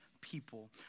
people